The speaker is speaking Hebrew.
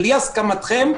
בלי הסכמתכם,